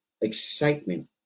excitement